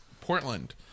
portland